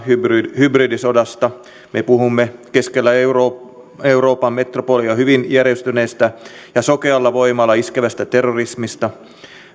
hybridisodasta me puhumme keskellä euroopan euroopan metropoleja hyvin järjestäytyneestä ja sokealla voimalla iskevästä terrorismista